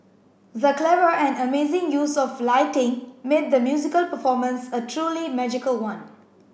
the clever and amazing use of lighting made the musical performance a truly magical one